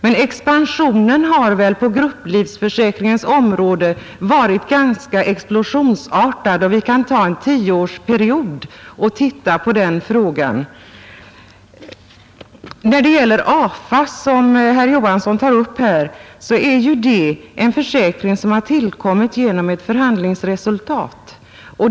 Men expansionen har väl på grupplivförsäkringens område varit explosionsartad — vi kan se på en tioårsperiod. När det gäller AFA, som herr Johansson tar upp här, så är ju det en försäkring som har tillkommit genom ett förhandlingsresultat.